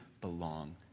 belong